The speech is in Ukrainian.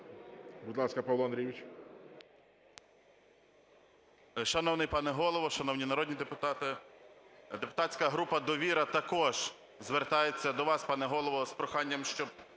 Будь ласка, Павло Андрійович.